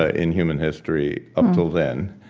ah in human history up until then.